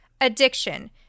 addiction